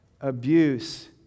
abuse